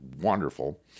wonderful